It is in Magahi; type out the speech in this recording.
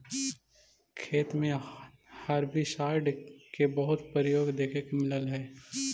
खेत में हर्बिसाइडस के बहुत प्रयोग देखे के मिलऽ हई